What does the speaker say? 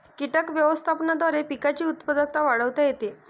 कीटक व्यवस्थापनाद्वारे पिकांची उत्पादकता वाढवता येते